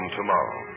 Tomorrow